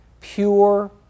pure